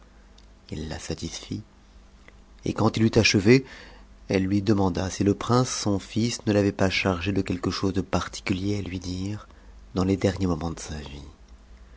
la satisfit et quand il eut achevé elle lui demanda si le prince son fils ne l'avait pas chargé de quelque chose'de particulier à lui dire dans les derniers moments de sa vie